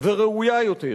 וראויה יותר.